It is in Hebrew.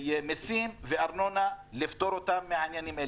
מיסים וארנונה לפטור אותם מזה.